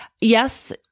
yes